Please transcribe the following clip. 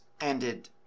ended